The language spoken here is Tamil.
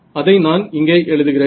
அதை நான் இங்கே எழுதுகிறேன்